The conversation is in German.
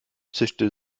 zischte